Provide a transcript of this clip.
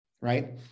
right